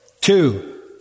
Two